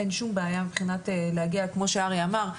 יש שום בעיה מבחינת להגיע כמו שאריה אמר,